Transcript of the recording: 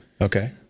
Okay